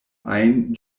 ajn